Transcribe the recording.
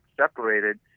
separated